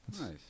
Nice